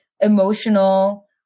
emotional